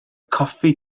coffi